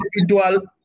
individual